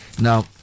Now